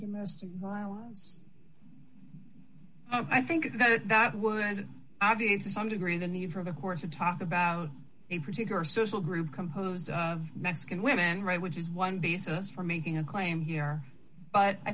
domestic i think that that would obviate to some degree the need for the courts to talk about a particular social group composed of mexican women right which is one basis for making a claim here but i